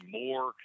more